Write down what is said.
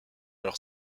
leur